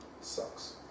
sucks